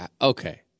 Okay